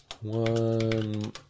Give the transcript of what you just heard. one